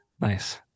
Nice